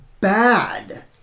bad